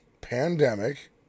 pandemic